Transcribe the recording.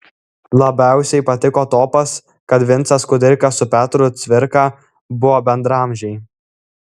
labiausiai patiko topas kad vincas kudirka su petru cvirka buvo bendraamžiai